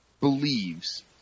believes